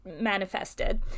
manifested